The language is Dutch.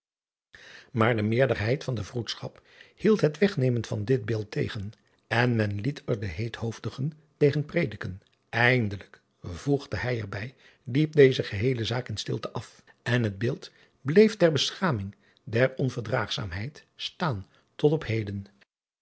maar de meerderheid van de roedschap hield het wegnemen van dit beeld tegen en men liet er de heethoofdigen tegen prediken indelijk voegde hij er bij liep deze geheele zaak in stilte af en het beeld bleef ter beschaming der onverdraagzaamheid staan tot op he